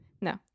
No